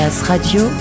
radio